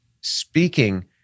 speaking